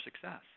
success